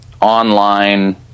online